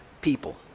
people